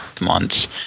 months